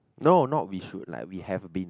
no not we should like we have been